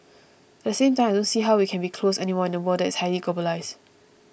at the same time I don't see how we can be closed anymore in a world is highly globalised